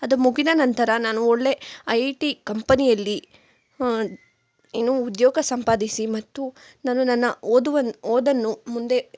ಅದು ಮುಗಿದ ನಂತರ ನಾನು ಒಳ್ಳೆ ಐ ಟಿ ಕಂಪನಿಯಲ್ಲಿ ಏನು ಉದ್ಯೋಗ ಸಂಪಾದಿಸಿ ಮತ್ತು ನಾನು ನನ್ನ ಓದುವ ಓದನ್ನು ಮುಂದೆ